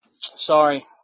sorry